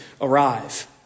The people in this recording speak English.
arrive